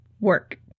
work